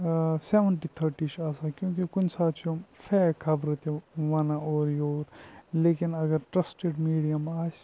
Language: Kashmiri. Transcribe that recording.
سٮ۪وَنٹی تھٔٹی چھِ آسان کیونکہِ کُنہِ ساتہٕ چھِ یِم فیک خبرٕ تہِ وَنان اورٕ یور لیکِن اگر ٹرٛسٹٕڈ میٖڈیَم آسہِ